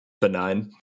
benign